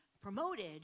promoted